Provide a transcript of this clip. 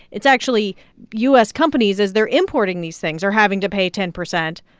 it's actually u s. companies, as they're importing these things, are having to pay ten percent,